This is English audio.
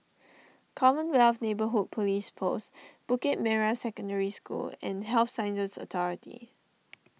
Commonwealth Neighbourhood Police Post Bukit Merah Secondary School and Health Sciences Authority